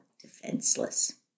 defenseless